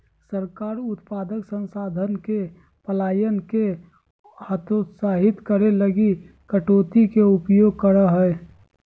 सरकार उत्पादक संसाधन के पलायन के हतोत्साहित करे लगी कटौती के उपयोग करा हइ